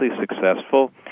successful